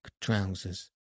trousers